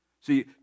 See